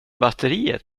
batteriet